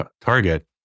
target